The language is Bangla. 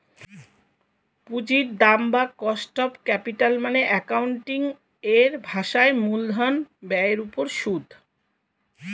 পুঁজির দাম বা কস্ট অফ ক্যাপিটাল মানে অ্যাকাউন্টিং এর ভাষায় মূলধন ব্যয়ের উপর সুদ